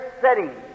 setting